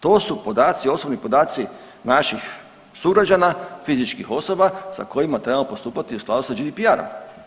To su podaci, osobni podaci naših sugrađana fizičkih osoba sa kojima trebamo postupati u skladu sa GDPR-om.